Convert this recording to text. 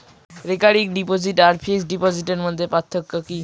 Recurring deposit আর fixed ডিপোজিটের মধ্যে পার্থক্য কি?